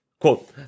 Quote